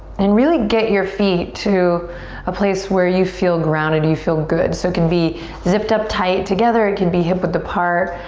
then really get your feet to a place where you feel grounded, you feel good. so it could be zipped up tight together. it could be hip width apart.